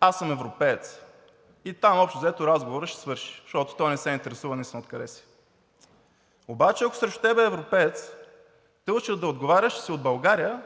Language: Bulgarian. аз съм европеец и там общо взето разговорът ще свърши, защото той не се интересува наистина откъде си. Обаче ако срещу теб е европеец, те учат да отговаряш, че си от България,